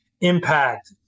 impact